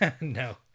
no